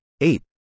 eight